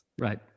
Right